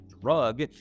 drug